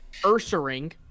Ursaring